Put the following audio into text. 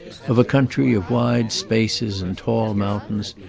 of a country of wide spaces and tall mountains,